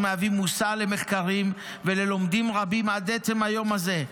מהווים מושא למחקרים וללומדים רבים עד עצם היום הזה.